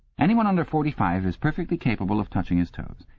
anyone under forty-five is perfectly capable of touching his toes.